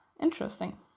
interesting